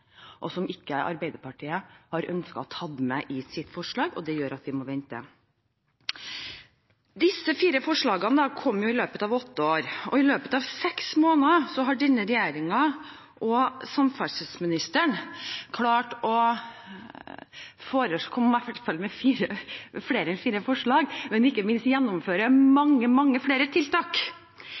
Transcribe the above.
som må til, og som Arbeiderpartiet ikke har ønsket å ta med i sitt forslag. Det gjør at vi må vente. Disse fire forslagene kom i løpet av åtte år. I løpet av seks måneder har denne regjeringen og samferdselsministeren klart å komme med flere enn fire forslag, og har ikke minst gjennomført mange flere tiltak.